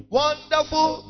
wonderful